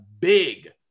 big